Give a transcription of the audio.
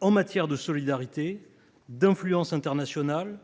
en matière de solidarité et d’influence internationales,